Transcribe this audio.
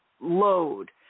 load